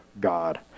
God